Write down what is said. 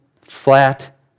flat